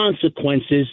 consequences